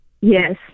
yes